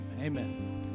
Amen